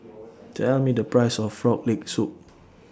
Tell Me The Price of Frog Leg Soup